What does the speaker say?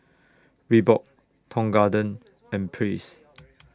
Reebok Tong Garden and Praise